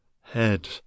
head